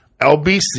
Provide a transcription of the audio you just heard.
LBC